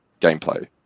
gameplay